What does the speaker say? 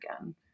again